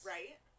Right